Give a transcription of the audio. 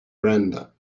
brenda